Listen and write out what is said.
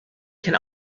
can